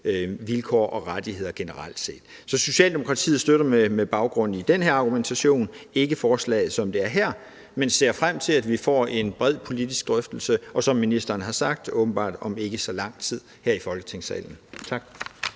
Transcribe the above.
vilkår og rettigheder generelt set. Socialdemokratiet støtter altså med baggrund i den her argumentation ikke forslaget, som det er her, men ser frem til, at vi får en bred politisk drøftelse her i Folketingssalen, og som ministeren har sagt, bliver det åbenbart om ikke så lang tid. Tak.